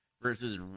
versus